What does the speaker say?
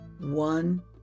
One